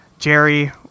Jerry